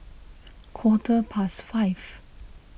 quarter past five